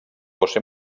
josé